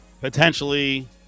potentially